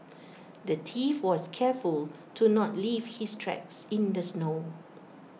the thief was careful to not leave his tracks in the snow